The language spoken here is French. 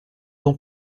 dont